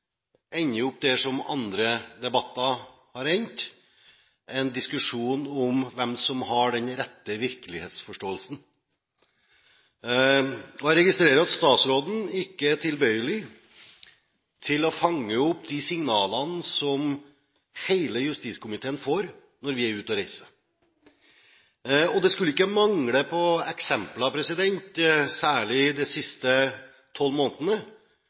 ender opp der andre debatter har endt – i en diskusjon om hvem som har den rette virkelighetsforståelsen. Og jeg registrerer at statsråden ikke er tilbøyelig til å fange opp de signalene som hele justiskomiteen får når den er ute og reiser. Det skulle ikke mangle på eksempler, særlig de siste tolv månedene,